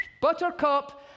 buttercup